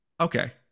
Okay